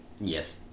Yes